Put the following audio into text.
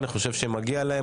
אני חושב שמגיע להם,